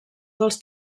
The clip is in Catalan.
dels